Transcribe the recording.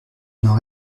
n’en